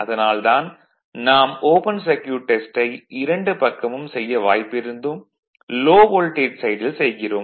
அதனால் தான் நாம் ஓபன் சர்க்யூட் டெஸ்டை இரண்டு பக்கமும் செய்ய வாய்ப்பிருந்தும் லோ வோல்டேஜ் சைடில் செய்கிறோம்